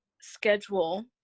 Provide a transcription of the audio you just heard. schedule